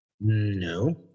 No